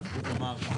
כלומר,